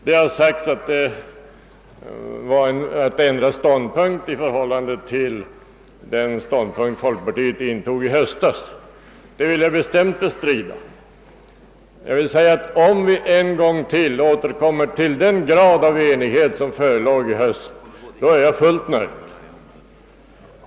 Det har sagts att detta innebar att vi ändrade ståndpunkt i förhållande till den som folkpartiet intog i höstas. Det vill jag bestämt bestrida. Jag vill säga att om vi ännu en gång kommer fram till den grad av enighet som förelåg i höstas är jag fullt nöjd.